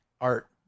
art